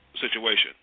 situation